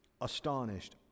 astonished